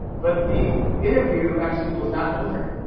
but the interview actually was not over.